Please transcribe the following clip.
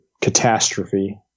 catastrophe